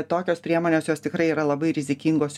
tokios priemonės jos tikrai yra labai rizikingos